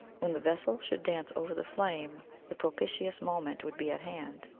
when the vessel should dance over the flame, the pro pitious moment would be at hand.